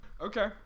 okay